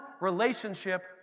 relationship